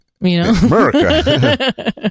America